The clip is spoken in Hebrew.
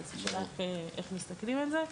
אז תלוי איך מסתכלים על זה.